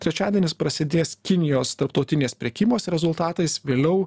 trečiadienis prasidės kinijos tarptautinės prekybos rezultatais vėliau